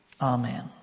Amen